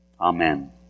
Amen